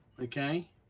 Okay